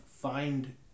find